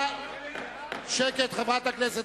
חברת הכנסת